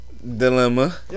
Dilemma